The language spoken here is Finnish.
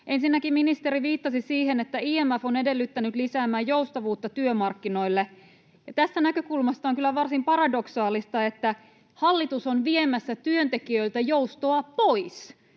Ensinnäkin ministeri viittasi siihen, että IMF on edellyttänyt joustavuuden lisäämistä työmarkkinoille. Tästä näkökulmasta on kyllä varsin paradoksaalista, että hallitus on viemässä työntekijöiltä joustoa pois.